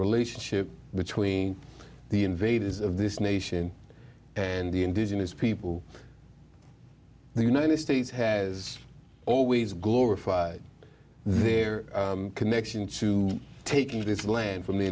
relationship between the invaders of this nation and the indigenous people the united states has always glorified their connection to taking this land from the